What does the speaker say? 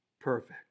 perfect